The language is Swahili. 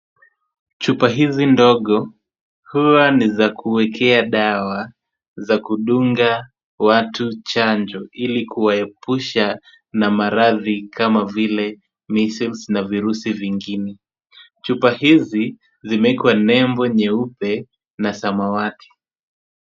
Chupa hizi ndogo, huwa ni za kuwekea dawa za kudunga watu chanjo ili kuwaepusha na maradhi kama vile measles na virusi vingine. Chupa hizi zimewekwa nembo nyeupe na samawati.